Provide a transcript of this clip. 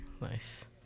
Nice